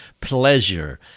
pleasure